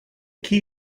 key